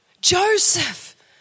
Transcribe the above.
Joseph